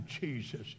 Jesus